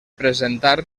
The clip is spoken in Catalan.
presentar